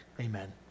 Amen